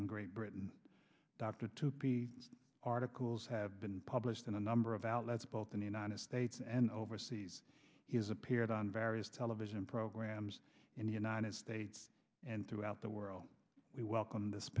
in great britain dr to be articles have been published in a number of outlets both in the united states and overseas he has appeared on various television programs in the united states and throughout the world we welcome this